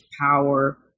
power